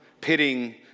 pitting